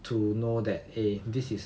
to know that eh this is